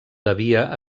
devia